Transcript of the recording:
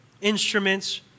Instruments